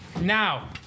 Now